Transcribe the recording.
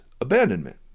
abandonment